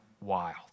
wild